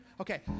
Okay